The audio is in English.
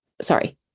Sorry